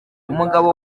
umugabo